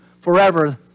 forever